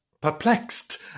perplexed